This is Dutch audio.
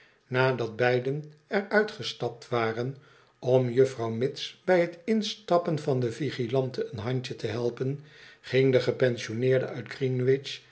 nadat beiden er uitgestapt waren om juffrouw mitts bij t instappen van de vigilante een handje te helpen ging de gepensioneerde uit